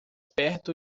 perto